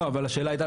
השאלה הייתה